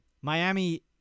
Miami